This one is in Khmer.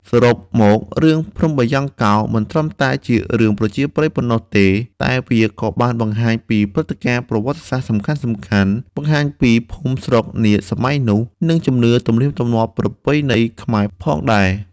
សរុបមក រឿងភ្នំបាយ៉ង់កោមិនត្រឹមតែជារឿងប្រជាប្រិយប៉ុណ្ណោះទេ តែវាក៏បានបង្ហាញពីព្រឹត្តិការណ៍ប្រវត្តិសាស្ត្រសំខាន់ៗ បង្ហាញពីភូមិស្រុកនាសម័យនោះ និងជំនឿ ទំនៀមទម្លាប់ប្រពៃណីខ្មែរផងដែរ។